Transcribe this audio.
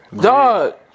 dog